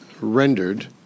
rendered